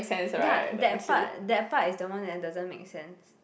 ya that part that part is the one that doesn't make sense